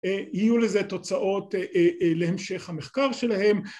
יהיו לזה תוצאות להמשך המחקר שלהם